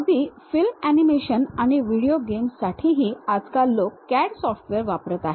अगदी film animation आणि video गेम्ससाठीही आजकाल लोक CAD सॉफ्टवेअर वापरत आहेत